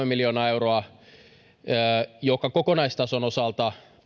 miljoonaa euroa kokonaistason osalta